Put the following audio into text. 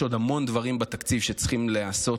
יש עוד המון דברים בתקציב שצריכים להיעשות.